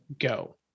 go